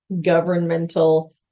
governmental